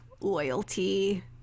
loyalty